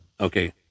Okay